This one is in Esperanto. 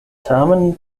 tamen